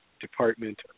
Department